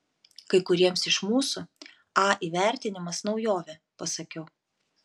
kai kuriems iš mūsų a įvertinimas naujovė pasakiau